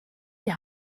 die